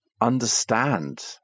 understand